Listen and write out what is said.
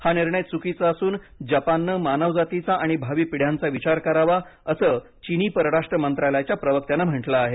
हा निर्णय चुकीचा असून जपानने मानवजातीचा आणि भावी पिढ्यांचा विचार करावा असं चिनी परराष्ट्र मंत्रालयाच्या प्रवक्त्याने म्हटलं आहे